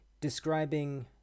describing